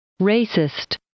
Racist